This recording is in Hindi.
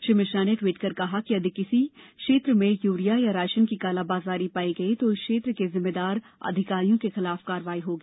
श्री मिश्रा ने ट्वीट कर कहा यदि किसी क्षेत्र में यूरिया या राशन की कालाबाजारी पाई गई तो उस क्षेत्र के जिम्मेदार अधिकारियों के खिलाफ कार्रवाई होगी